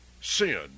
Sin